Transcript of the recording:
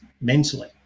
mentally